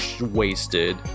wasted